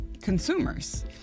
consumers